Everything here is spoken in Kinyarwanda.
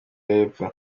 y’epfo